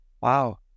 Wow